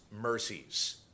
mercies